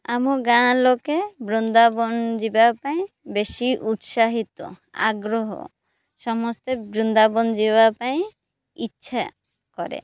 ଆମ ଗାଁ ଲୋକେ ବୃନ୍ଦାବନ ଯିବା ପାଇଁ ବେଶୀ ଉତ୍ସାହିତ ଆଗ୍ରହ ସମସ୍ତେ ବୃନ୍ଦାବନ ଯିବା ପାଇଁ ଇଚ୍ଛା କରେ